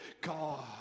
God